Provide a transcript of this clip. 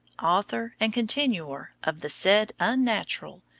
author, and continuer of the said unnatural,